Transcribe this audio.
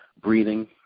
breathing